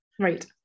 Right